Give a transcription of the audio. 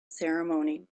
ceremony